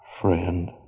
friend